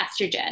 estrogen